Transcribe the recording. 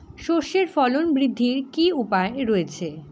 সর্ষের ফলন বৃদ্ধির কি উপায় রয়েছে?